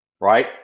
Right